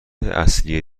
اصلی